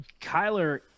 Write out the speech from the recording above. Kyler